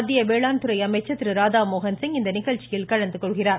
மத்திய வேளாண் அமைச்சர் திரு ராதா மோகன்சிங் இந்நிகழ்ச்சியில் கலந்துகொள்கிறார்